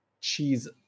cheese